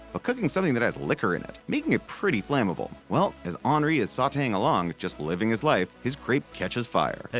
but cooking something that has liquor in it! making it pretty flammable. well, as henri is sauteing along, just living his life, his crepe catches fire!